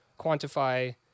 quantify